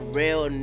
real